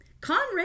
Conrad